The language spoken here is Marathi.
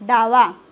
डावा